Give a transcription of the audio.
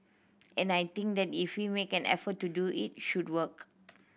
and I think that if we make an effort to do it should work